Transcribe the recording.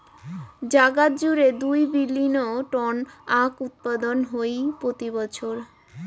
জাগাত জুড়ে দুই বিলীন টন আখউৎপাদন হই প্রতি বছর